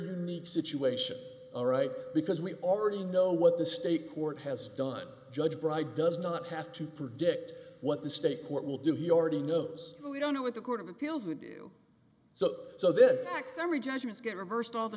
unique situation all right because we already know what the state court has done judge bride does not have to predict what the state court will do he already knows we don't know what the court of appeals would do so so this back summary judgments get reversed all the